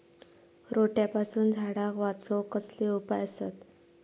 रोट्यापासून झाडाक वाचौक कसले उपाय आसत?